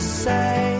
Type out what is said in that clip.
say